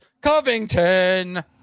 Covington